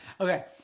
Okay